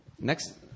next